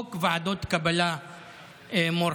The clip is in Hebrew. וחוק ועדות קבלה מורחב.